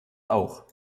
auch